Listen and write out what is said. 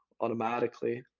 automatically